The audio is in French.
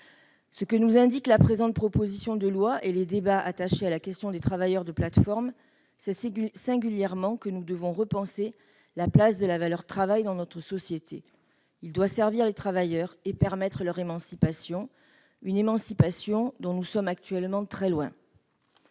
Mes chers collègues, la présente proposition de loi et l'ensemble des débats sur les travailleurs de plateformes montrent singulièrement que nous devons repenser la place de la valeur travail dans notre société : le travail doit servir les travailleurs et permettre leur émancipation, une émancipation dont nous sommes actuellement très loin